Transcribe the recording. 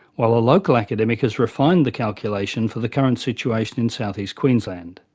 while a local academic has refined the calculation for the current situation in south east queensland.